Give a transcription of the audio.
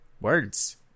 Words